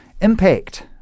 impact